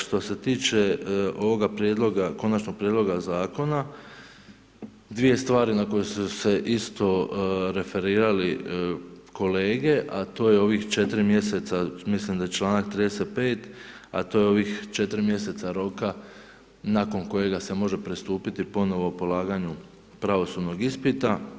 Što se tiče, što se tiče ovoga prijedloga, konačnog prijedloga zakona, dvije stvari na koje su se isto referirali kolege, a to je ovih 4 mjeseca, mislim da je čl. 35., a to je ovih 4 mjeseca roka nakon kojega se može pristupiti ponovno polaganju pravosudnog ispita.